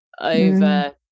over